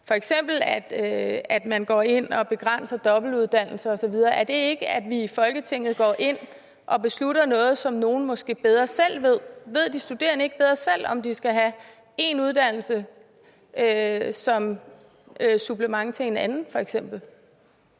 og at man går ind og begrænser dobbelt uddannelse osv. Betyder de ting ikke, at vi i Folketinget går ind og beslutter noget, selv om nogle måske ved bedre selv? Ved de studerende ikke bedre selv, om de f.eks. skal have en uddannelse som supplement til en anden? Kl.